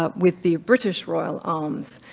ah with the british royal arms,